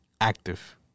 Active